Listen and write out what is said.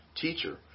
Teacher